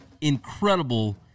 incredible